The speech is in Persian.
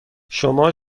شما